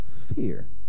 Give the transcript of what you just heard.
fear